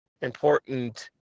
important